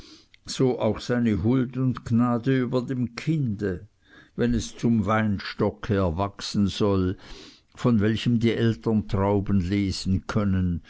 so auch seine huld und gnade über dem kinde wenn es zum weinstocke erwachsen soll von welchem die eltern trauben lesen können